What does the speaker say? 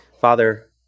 Father